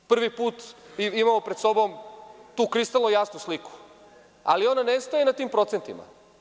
Prvi put imamo pred sobom tu kristalnu jasnu sliku, ali ona ne staje na tim procentima.